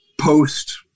Post